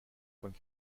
von